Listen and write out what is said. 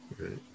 Right